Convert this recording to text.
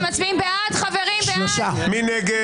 מי נגד?